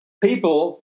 People